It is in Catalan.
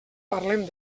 parlem